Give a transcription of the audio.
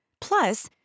Plus